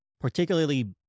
particularly